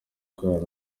ikorana